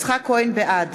בעד